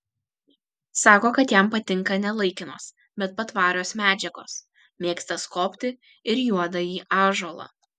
sako kad jam patinka ne laikinos bet patvarios medžiagos mėgsta skobti ir juodąjį ąžuolą